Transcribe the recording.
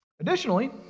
Additionally